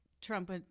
Trump